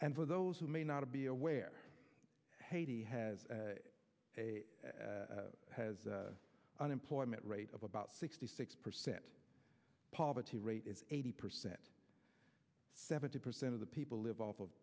and for those who may not be aware haiti has a has unemployment rate of about sixty six percent poverty rate is eighty percent seventy percent of the people live off of